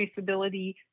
traceability